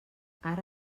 ara